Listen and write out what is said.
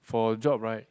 for job right